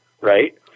right